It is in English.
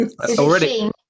Already